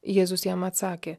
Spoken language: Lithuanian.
jėzus jam atsakė